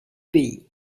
pays